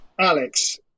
Alex